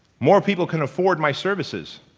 more people can afford my services.